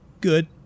Good